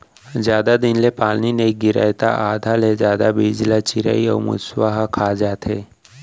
जादा दिन ले पानी नइ गिरय त आधा ले जादा बीजा ल चिरई अउ मूसवा ह खा जाथे